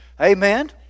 amen